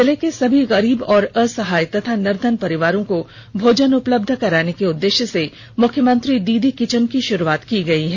जिले के सभी गरीब और असहाय एवं निर्धन परिवारों को भोजन उपलब्ध कराने के उद्देश्य से मुख्यमंत्री दीदी किचन की शुरुआत की गई है